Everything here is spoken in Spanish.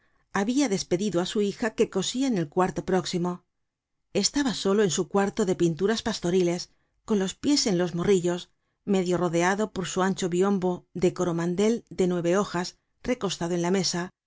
habia despedido á su hija que cosia en el cuarto próximo estaba solo en su cuarto de pinturas pastoriles con los pies en los morrillos medio rodeado por su ancho biombo de coromandel de nueve hojas recostado en la mesa